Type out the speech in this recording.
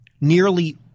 nearly